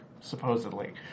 supposedly